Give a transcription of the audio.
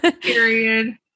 Period